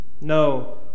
No